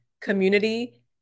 community